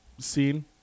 scene